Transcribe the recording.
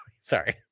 Sorry